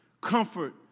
comfort